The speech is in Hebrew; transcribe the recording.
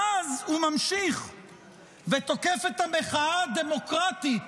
ואז הוא ממשיך ותוקף את המחאה הדמוקרטית